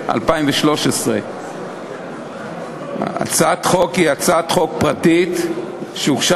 התשע"ד 2013. הצעת החוק היא הצעת חוק פרטית שהוגשה